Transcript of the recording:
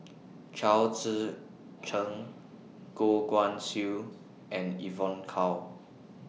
Chao Tzee Cheng Goh Guan Siew and Evon Kow